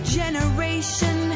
generation